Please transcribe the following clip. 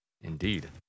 Indeed